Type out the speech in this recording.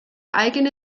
eigene